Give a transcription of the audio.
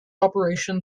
operation